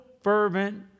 fervent